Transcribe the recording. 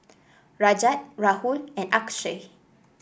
Rajat Rahul and Akshay